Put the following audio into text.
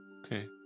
Okay